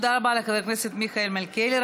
תודה רבה לחבר הכנסת מיכאל מלכיאלי.